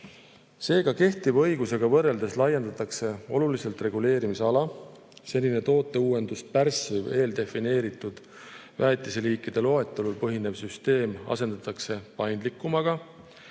muud. Seega, kehtiva õigusega võrreldes laiendatakse oluliselt reguleerimisala. Senine tooteuuendust pärssiv, eeldefineeritud väetiseliikide loetelul põhinev süsteem asendatakse paindlikumaga,